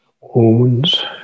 wounds